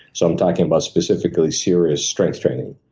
so i'm talking about specifically serious strength training.